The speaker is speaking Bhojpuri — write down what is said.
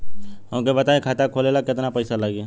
हमका बताई खाता खोले ला केतना पईसा लागी?